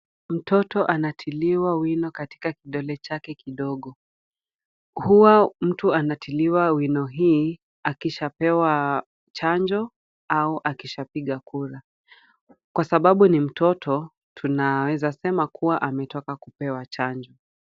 Mtoto anatiliwa wino katika kidole chake kidogo. Huwa mtu anatiliwa wino hii akishapewa chanjo au akishapiga kura. Kwa sababu ni mtoto tunaweza sema kuwa ametoka kupewa chanjo.